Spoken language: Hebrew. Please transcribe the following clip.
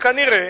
ונראה